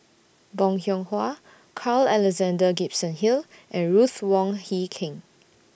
Bong Hiong Hwa Carl Alexander Gibson Hill and Ruth Wong Hie King